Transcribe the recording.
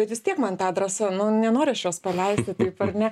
bet vis tiek man tą drąsanu nenoriu aš jos paleisti taip ne